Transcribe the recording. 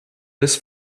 this